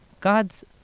God's